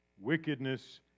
wickedness